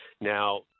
Now